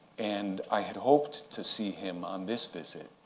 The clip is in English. and i had hoped to see him on this visit.